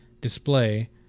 display